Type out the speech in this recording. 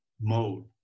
mode